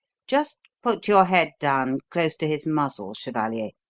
just put your head down close to his muzzle, chevalier.